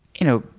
you know,